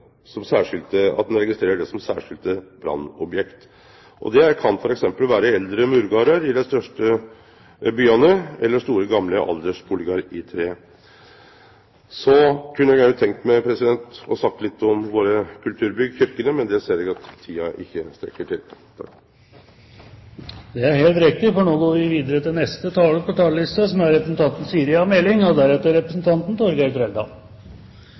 som særskilte brannobjekt. Det kan t.d. vere eldre murgardar i dei største byane eller store gamle aldersbustader i tre. Så kunne eg òg ha tenkt meg å snakke litt om våre kulturbygg, kyrkjene, men eg ser at tida ikkje strekk til. Det er helt riktig, for nå går vi videre til neste taler på talerlisten, Siri A. Meling. Det er en viktig stortingsmelding som debatteres her i dag. Branner tar dessverre mange menneskeliv og